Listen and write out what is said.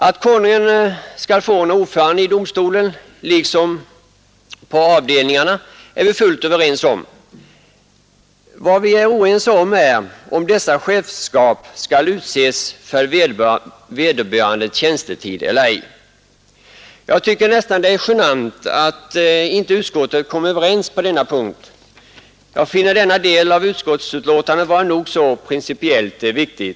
Att Konungen skall förordna ordförande i domstolen liksom på avdelningarna är vi fullt överens om. De olika meningarna gäller om dessa chefskap skall fastläggas för vederbörandes tjänstetid eller ej. Jag tycker nästan att det är genant att inte utskottet kom överens på denna punkt. Jag finner denna del av utskottsbetänkandet vara principiellt nog så viktig.